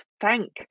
thank